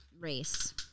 race